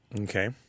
Okay